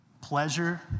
pleasure